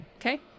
okay